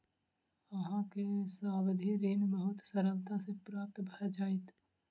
अहाँ के सावधि ऋण बहुत सरलता सॅ प्राप्त भ जाइत